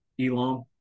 Elon